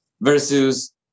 versus